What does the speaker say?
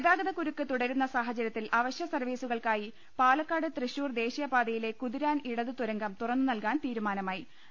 ഗതാഗതകുരുക്ക് തുടരുന്ന സാഹചര്യത്തിൽ അവശ്യ സർവ്വീ സുകൾക്കായി പാലക്കാട് തൃശൂർ ദേശീയ പാതയിലെ കുതി രാൻ ഇടതു തുരങ്കം തുറന്നു നൽകാൻ തീരുമാന്മായി